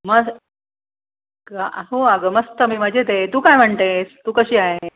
मस् हो अगं मस्त मी मजेत आहे तू काय म्हणते तू कशी आहेस